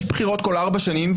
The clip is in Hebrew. יש בחירות בכל ארבע שנים,